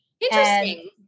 Interesting